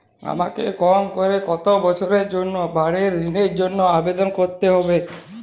আমাকে কম করে কতো বছরের জন্য বাড়ীর ঋণের জন্য আবেদন করতে হবে?